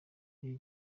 iyo